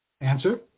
Answer